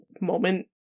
moment